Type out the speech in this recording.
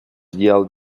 yale